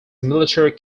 military